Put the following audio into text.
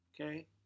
okay